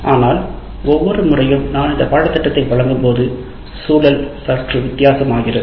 ஆனால் ஒவ்வொரு முறையும் நான் இந்த பாடத்திட்டத்தை வழங்கும்போது சூழல் சற்று வித்தியாசமாகிறது